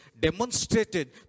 Demonstrated